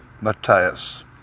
Matthias